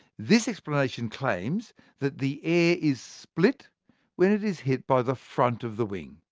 this explanation claims that the air is split when it is hit by the front of the wing,